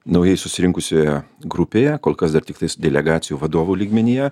naujai susirinkusioje grupėje kol kas dar tiktais delegacijų vadovų lygmenyje